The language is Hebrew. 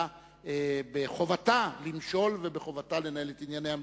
שהממשלה בחרה אתמול להתחיל בדיון על תקציב